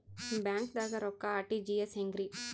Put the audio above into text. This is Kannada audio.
ಬ್ಯಾಂಕ್ದಾಗ ರೊಕ್ಕ ಆರ್.ಟಿ.ಜಿ.ಎಸ್ ಹೆಂಗ್ರಿ?